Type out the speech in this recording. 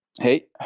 Hey